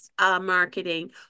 marketing